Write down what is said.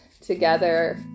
together